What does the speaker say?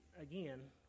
again